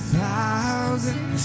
thousand